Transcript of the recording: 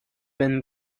been